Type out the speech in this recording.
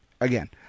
again